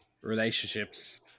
relationships